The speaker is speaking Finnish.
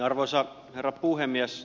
arvoisa herra puhemies